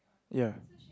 ya